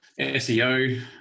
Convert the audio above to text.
SEO